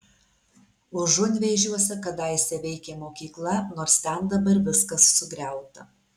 užunvėžiuose kadaise veikė mokykla nors ten dabar viskas sugriauta